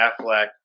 Affleck